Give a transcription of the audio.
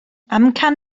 amcan